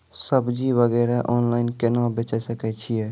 सब्जी वगैरह ऑनलाइन केना बेचे सकय छियै?